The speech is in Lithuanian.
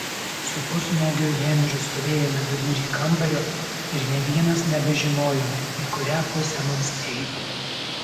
su pusnuogiu henriu stovėjome vidury kambario ir nė vienas nebežinojome į kurią pusę mums eiti